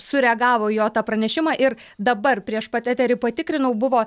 sureagavo į jo tą pranešimą ir dabar prieš pat eterį patikrinau buvo